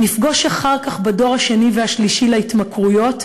שנפגוש אחר כך בדור השני והשלישי להתמכרויות.